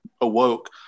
awoke